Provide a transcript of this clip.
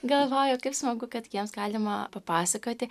galvoju kaip smagu kad jiems galima papasakoti